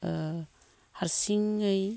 ओ हारसिङै